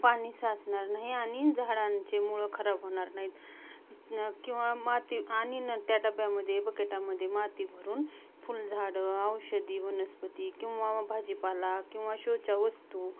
पाणी साचणार नाही आणि झाडांचे मुळं खराब होणार नाहीत न किंवा माती आणि न त्या डब्यामध्ये बकेटामध्ये माती भरून फुलझाडं औषधी वनस्पती किंवा भाजीपाला किंवा शोच्या वस्तू